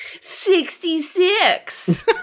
Sixty-six